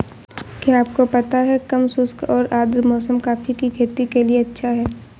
क्या आपको पता है कम शुष्क और आद्र मौसम कॉफ़ी की खेती के लिए अच्छा है?